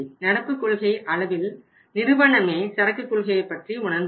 நடப்பு கொள்கை அளவில் நிறுவனமே சரக்கு கொள்கையை பற்றி உணர்ந்துள்ளது